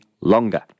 longer